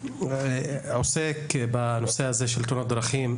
עוסק בנושא הזה של תאונות דרכים.